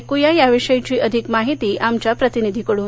ऐकूया याविषयीची अधिक माहिती आमच्या प्रतिनिधीकडून